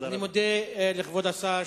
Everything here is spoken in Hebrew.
אני מודה לכבוד השר.